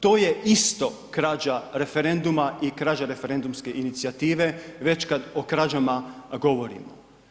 To je isto krađa referenduma i krađa referendumske inicijative, već kad o krađama govorimo.